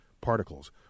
particles